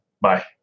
Bye